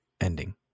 ending